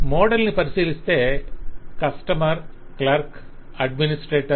model ని పరిశీలిస్తే customer clerk administrator